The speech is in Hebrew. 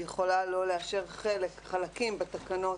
היא יכולה לא לאשר חלקים בתקנות